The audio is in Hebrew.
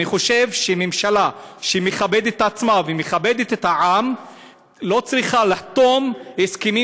אני חושב שממשלה שמכבדת את עצמה ומכבדת את העם לא צריכה לחתום על הסכמים